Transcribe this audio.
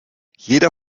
jeder